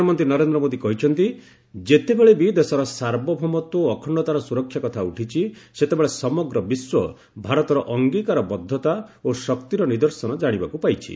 ପ୍ରଧାନମନ୍ତ୍ରୀ ନରେନ୍ଦ୍ର ମୋଦୀ କହିଛନ୍ତି ଯେତେବେଳେବି ଦେଶର ସାର୍ବଭୌମତ୍ୱ ଓ ଅଖଣ୍ଡତାର ସୁରକ୍ଷା କଥା ଉଠିଛି ସେତେବେଳେ ସମଗ୍ର ବିଶ୍ୱ ଭାରତର ଅଙ୍ଗୀକାରବଦ୍ଧତା ଓ ଶକ୍ତିର ନିଦର୍ଶନ ଜାଶିବାକୁ ପାଇଛି